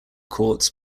courts